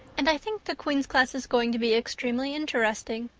and i think the queen's class is going to be extremely interesting.